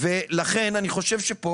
לכן אני חושב שכאן,